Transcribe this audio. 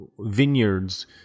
vineyards